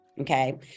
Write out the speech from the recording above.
Okay